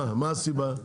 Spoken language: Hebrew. מה הסיבה?